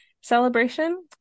celebration